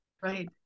Right